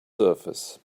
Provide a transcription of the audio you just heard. surface